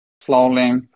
slowly